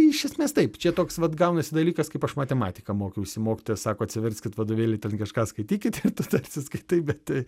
iš esmės taip čia toks vat gaunasi dalykas kaip aš matematiką mokiausi mokytojas sako atsiverskit vadovėlį ten kažką skaitykit ir tu tarsi skaitai bet